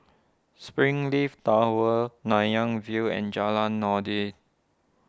Springleaf Tower Nanyang View and Jalan Noordin